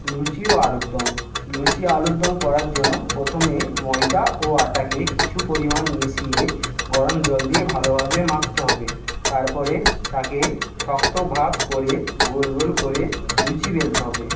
লুচি ও আলুর দম লুচি আলুর দম করার জন্য প্রথমে ময়দা ও আটাকে কিছু পরিমাণ মিশিয়ে গরম জল দিয়ে ভালোভাবে মাখতে হবে তারপরে তাকে শক্তভাব করে গোল গোল করে লুচি বেলতে হবে